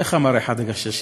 איך אמר אחד "הגששים":